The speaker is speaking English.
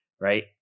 right